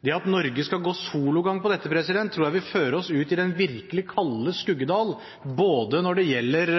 Det at Norge skulle gå sologang når det gjelder dette, tror jeg ville føre oss ut i den virkelig kalde skyggedal når det gjelder